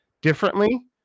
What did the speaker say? differently